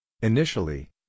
Initially